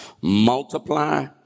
multiply